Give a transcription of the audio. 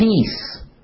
peace